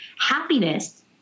Happiness